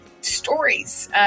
stories